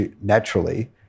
naturally